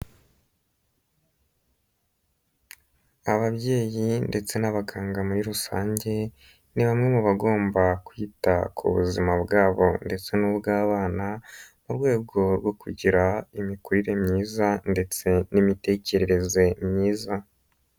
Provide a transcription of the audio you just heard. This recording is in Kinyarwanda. Ababyeyi ndetse n'abaganga muri rusange, ni bamwe mu bagomba kwita ku buzima bwabo ndetse n'ubw'abana, mu rwego rwo kugira imikurire myiza ndetse n'imitekerereze myiza.